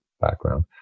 background